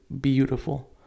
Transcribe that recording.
beautiful